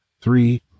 Three